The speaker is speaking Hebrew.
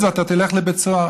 אתה תלך לבית סוהר,